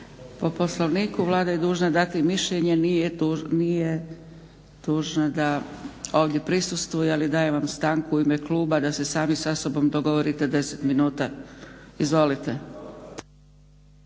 Po Poslovniku Vlada je dužna dati mišljenje, nije dužna da ovdje prisustvuje. Ali dajem vam stanku u ime kluba da se sami sa sobom dogovorite 10 minuta. Izvolite.